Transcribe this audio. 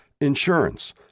insurance